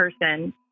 person